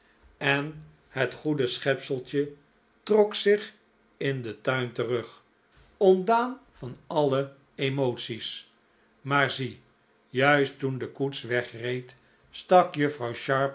en het goede schepseltje trok zich in den tuin terug ontdaan van alle emoties maar zie juist toen de koets wegreed stak